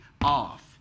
off